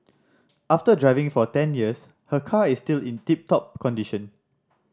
after driving for ten years her car is still in tip top condition